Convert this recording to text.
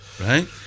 right